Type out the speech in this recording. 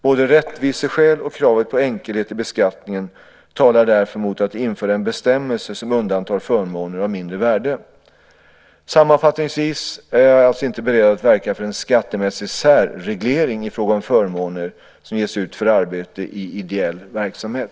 Både rättviseskäl och kravet på enkelhet i beskattningen talar därför mot att införa en bestämmelse som undantar förmåner av mindre värde. Sammanfattningsvis är jag alltså inte beredd att verka för en skattemässig särreglering i fråga om förmåner som ges ut för arbete i ideell verksamhet.